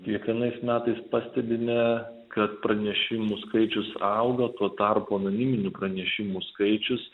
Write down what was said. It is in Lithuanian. kiekvienais metais pastebime kad pranešimų skaičius auga tuo tarpu anoniminių pranešimų skaičius